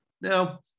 Now